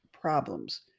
problems